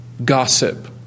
Gossip